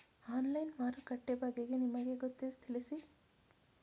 Online ಮಾರುಕಟ್ಟೆ ಬಗೆಗೆ ನಿಮಗೆ ಗೊತ್ತೇ? ತಿಳಿಸಿ?